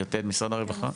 יתד, משרד הרווחה.